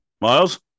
Miles